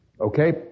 okay